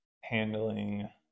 handling